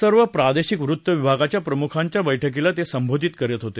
सर्व प्रादेशिक वृत्त विभागाच्या प्रमुखांच्या बैठकीला ते संबोधित करत होते